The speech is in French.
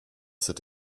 cet